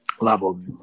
level